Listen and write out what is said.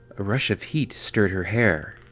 a rush of heat stirred her hair,